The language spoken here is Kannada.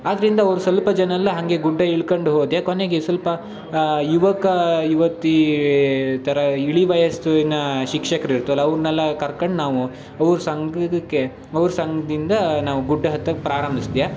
ಆದ್ದರಿಂದ ಅವ್ರು ಸ್ವಲ್ಪ ಜನ ಎಲ್ಲ ಹಾಗೆ ಗುಡ್ಡ ಇಳ್ಕಂಡು ಹೋದ್ಯ ಕೊನೆಗೆ ಸ್ವಲ್ಪ ಯುವಕ ಯುವತಿ ಥರ ಇಳಿ ವಯಸ್ಸಿನ ಶಿಕ್ಷಕ್ರಿರ್ತ್ವಲ ಅವ್ರನ್ನೆಲ್ಲ ಕರ್ಕಂಡು ನಾವು ಅವ್ರ ಸಂಗಕ್ಕೆ ಅವ್ರ ಸಂಗದಿಂದ ನಾವು ಗುಡ್ಡ ಹತ್ತಕ್ಕೆ ಪ್ರಾರಂಭಿಸ್ದ್ಯ